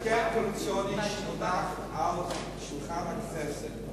בהסכם הקואליציוני שהונח על שולחן הכנסת,